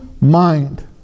mind